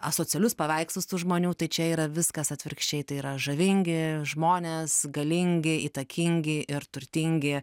asocialius paveikslus tų žmonių tai čia yra viskas atvirkščiai tai yra žavingi žmonės galingi įtakingi ir turtingi